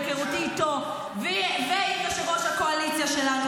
בהיכרותי איתו ועם יושב-ראש הקואליציה שלנו,